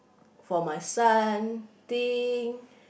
for my son thing